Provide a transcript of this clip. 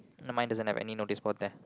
no mine doesn't have any notice board there